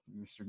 Mr